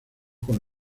con